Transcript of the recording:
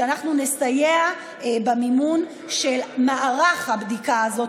שאנחנו נסייע במימון של מערך הבדיקה הזאת,